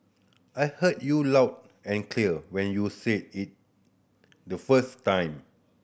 I heard you loud and clear when you said it the first time